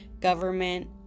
government